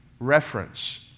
Reference